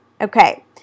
Okay